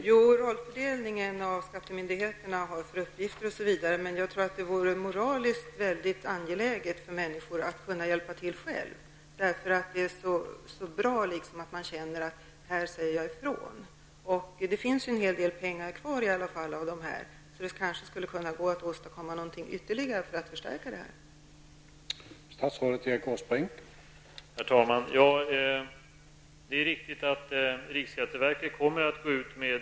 Herr talman! Det finns naturligtvis en rollfördelning för skattemyndigheten osv. Men det är moraliskt angeläget för människor att kunna hjälpa till själva. Det är bra att kunna känna att man kan säga ifrån. Det finns en hel del pengar kvar av det anslagna beloppet, så det kanske går att göra något ytterligare för att åstadkomma en förstärkning.